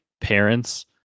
parents